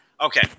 Okay